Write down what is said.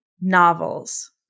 novels